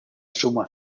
suma